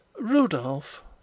Rudolph